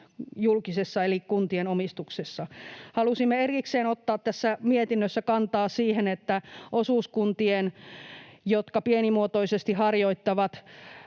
julkisessa eli kuntien omistuksessa. Halusimme erikseen ottaa tässä mietinnössä kantaa siihen, että osuuskuntien, jotka pienimuotoisesti harjoittavat